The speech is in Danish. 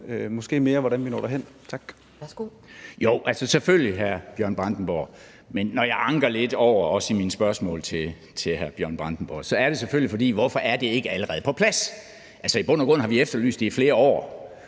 Kl. 13:46 Henning Hyllested (EL): Jo, selvfølgelig, hr. Bjørn Brandenborg, men når jeg anker lidt over det, også i mine spørgsmål til hr. Bjørn Brandenborg, er det selvfølgelig, fordi det ikke allerede er på plads. I bund og grund har vi efterlyst det i flere år,